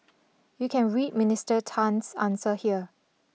you can read Minister Tan's answer here